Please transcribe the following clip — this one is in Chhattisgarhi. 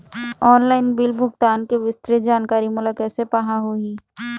ऑनलाइन बिल भुगतान के विस्तृत जानकारी मोला कैसे पाहां होही?